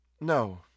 No